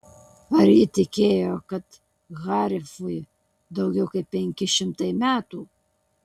ar ji tikėjo kad harifui daugiau kaip penki šimtai metų